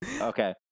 okay